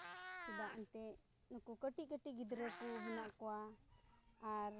ᱪᱮᱫᱟᱜ ᱮᱱᱛᱮᱫ ᱱᱩᱠᱩ ᱠᱟᱹᱴᱤᱡ ᱠᱟᱹᱴᱤᱡ ᱜᱤᱫᱽᱨᱟᱹ ᱠᱚ ᱢᱮᱱᱟᱜ ᱠᱚᱣᱟ ᱟᱨ